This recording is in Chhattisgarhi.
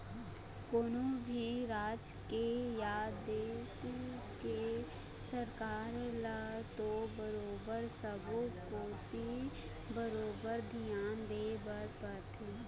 कोनो भी राज के या देश के सरकार ल तो बरोबर सब्बो कोती बरोबर धियान देय बर परथे